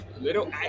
little